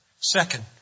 Second